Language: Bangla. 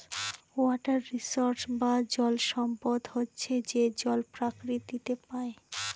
ওয়াটার রিসোর্স বা জল সম্পদ হচ্ছে যে জল প্রকৃতিতে পাই